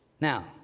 Now